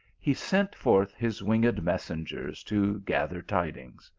he sent forth his winged messengers to gather tidings.